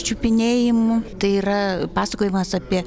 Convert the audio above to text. čiupinėjimu tai yra pasakojimas apie